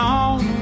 on